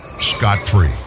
scot-free